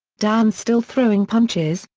dan's still throwing punches,